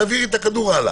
תעבירי הלאה את הכדור.